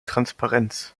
transparenz